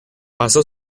pasó